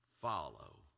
follow